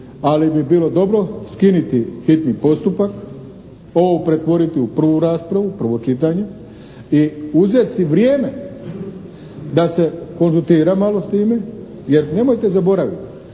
Ali bi bilo dobro skiniti hitni postupak, ovo pretvoriti u prvu raspravu, prvo čitanje i uzeti si vrijeme da se konzultira malo s time, jer nemojte zaboraviti